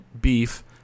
beef